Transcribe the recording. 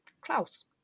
Klaus